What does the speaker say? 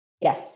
Yes